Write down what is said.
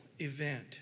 event